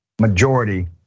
majority